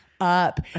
up